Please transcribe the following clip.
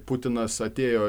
putinas atėjo